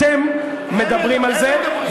אתם מדברים על זה,